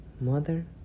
Mother